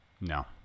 No